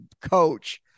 coach